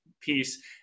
piece